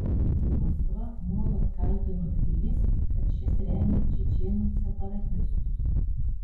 maskva nuolat kaltino tbilisį kad šis remia čečėnų separatistus